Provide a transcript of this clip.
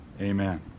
amen